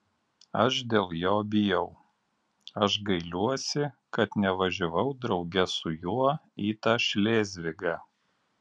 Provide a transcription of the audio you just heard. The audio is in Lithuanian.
aš dėl jo bijau aš gailiuosi kad nevažiavau drauge su juo į tą šlėzvigą